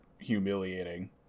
Humiliating